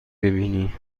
ببینی